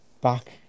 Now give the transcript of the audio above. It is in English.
back